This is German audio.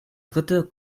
dritte